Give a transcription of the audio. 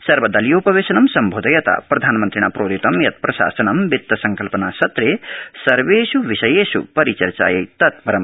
सर्वदलीयोपवेशनं सम्बोधयता प्रधानमन्त्रिणा प्रोदितं यत् प्रशासनं वित्तसंकल्पनासत्रे सर्वविषयेष् परिचर्चायै तत्परम्